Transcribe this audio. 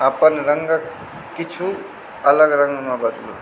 अपन रङ्गके किछु अलग रङ्गमे बदलू